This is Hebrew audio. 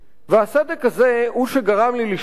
והסדק הזה הוא שגרם לי לשאול,